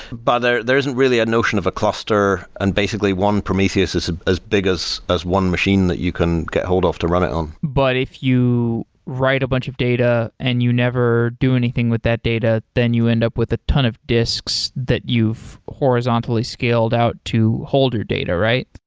but there there isn't really a notion of a cluster, and basically one prometheus as as big as as one machine that you can get hold off to run it on. but if you write a bunch of data and you never do anything with that data, then you end up with a ton of disks that you've horizontally scaled out to hold your data, right?